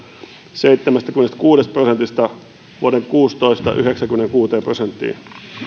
seitsemästäkymmenestäkuudesta prosentista vuoden kaksituhattakuusitoista yhdeksäänkymmeneenkuuteen prosenttiin